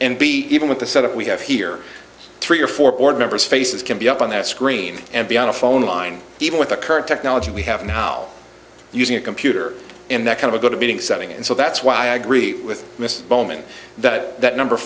and b even with the setup we have here three or four board members faces can be up on that screen and be on a phone line even with the current technology we have now using a computer in that kind of a good beating setting and so that's why i agree with mr bowman that that number